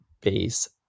base